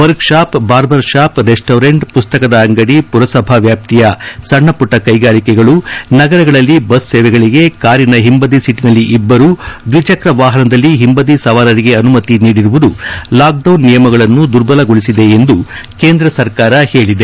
workshop barber shop restaurant ಪುಸ್ತಕದ ಅಂಗಡಿ ಪುರಸಭಾ ವ್ಯಾಪ್ತಿಯ ಸಣ್ಣ ಪುಟ್ಟ ಕೈಗಾರಿಕೆಗಳು ನಗರಗಳಲ್ಲಿ ಬಸ್ ಸೇವೆಗಳಗೆ ಕಾರಿನ ಹಿಂಬದಿ ಸೀಟನಲ್ಲಿ ಇಬ್ಲರು ದ್ವಿಚ್ಮಕ್ರ ವಾಹನದಲ್ಲಿ ಹಿಂಬದಿ ಸವಾರರಿಗೆ ಅನುಮತಿ ನೀಡಿರುವುದು ಲಾಕ್ಡೌನ್ ನಿಯಮಗಳನ್ನು ದುರ್ಬಲಗೊಳಿಸಿದೆ ಎಂದು ಕೇಂದ್ರ ಸರ್ಕಾರ ಹೇಳಿದೆ